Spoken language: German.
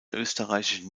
österreichischen